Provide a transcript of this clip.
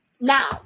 Now